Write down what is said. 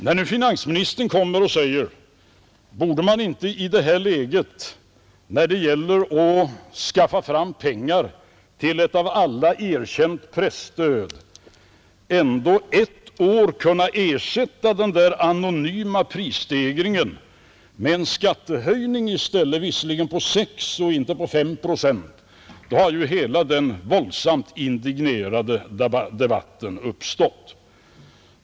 När nu finansministern har sagt att man i det här läget, när det gäller att skaffa fram pengar till ett av alla erkänt presstöd, ett år borde kunna ersätta den anonyma prisstegringen med en skattehöjning, visserligen på 6 och inte 5 procent, då har hela den våldsamt indignerade debatten uppstått.